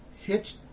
hit